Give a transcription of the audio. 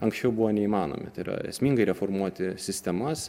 anksčiau buvo neįmanomi tai yra esmingai reformuoti sistemas